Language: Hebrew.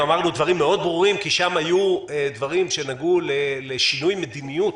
אמרנו דברים מאוד ברורים כי שם היו דברים שנגעו לשינוי מדיניות,